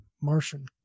Martian